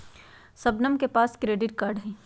शबनम के पास credit card हई